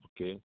Okay